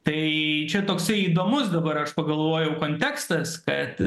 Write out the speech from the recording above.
tai čia toksai įdomus dabar aš pagalvojau kontekstas kad